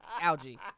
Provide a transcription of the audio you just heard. algae